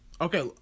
okay